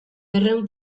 berrehun